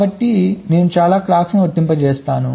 కాబట్టి నేను చాలా clocksను వర్తింపజేస్తాను